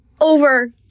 over